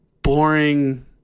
Boring